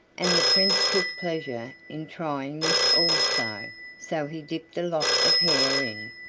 and the prince took pleasure in trying this also, so he dipped a lock of hair in,